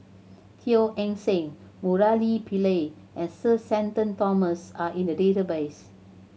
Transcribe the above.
Teo Eng Seng Murali Pillai and Sir Shenton Thomas are in the database